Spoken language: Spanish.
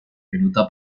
pelota